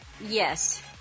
Yes